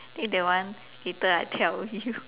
think that one later I tell you